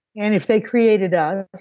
and if they created us.